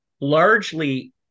largely